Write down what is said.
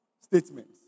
statements